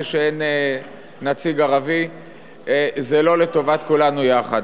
זה שאין נציג ערבי זה לא לטובת כולנו יחד.